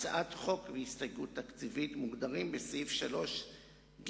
הצעת חוק והסתייגות תקציבית מוגדרות בסעיף 3ג(ד)